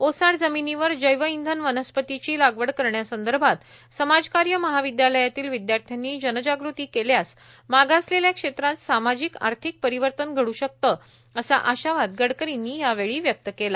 ओसाड जमीनीवर जैवइंधन वनस्पतीची लागवड करण्यासंदर्भात समाजकार्य महाविद्यालयातील विद्यार्थ्यांनी जनजागृती केल्यास मागासलेल्या क्षेत्रात सामजिक आर्थिक परिवर्तन घडू शकते असा आशावाद गडकरींनी यावेळी व्यक्त केला